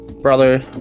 brother